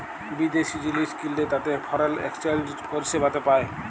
বিদ্যাশি জিলিস কিললে তাতে ফরেল একসচ্যানেজ পরিসেবাতে পায়